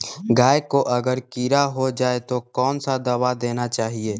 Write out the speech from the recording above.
गाय को अगर कीड़ा हो जाय तो कौन सा दवा देना चाहिए?